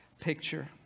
picture